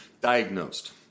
Diagnosed